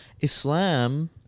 Islam